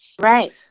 Right